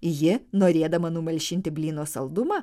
ji norėdama numalšinti blyno saldumą